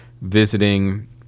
visiting